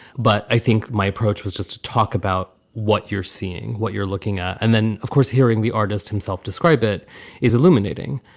but i think my approach was just to talk about what you're seeing, what you're looking at. and then, of course, hearing the artist himself describe it is illuminating.